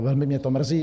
Velmi mě to mrzí.